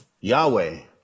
Yahweh